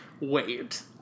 Wait